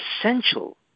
essential